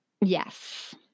Yes